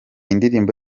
indirimbo